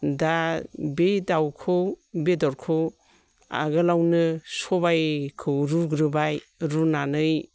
दा बे दाउखौ बेदरखौ आगोलावनो सबायखौ रुग्रोबाय रुनानै